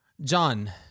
John